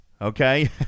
okay